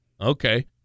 Okay